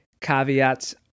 caveats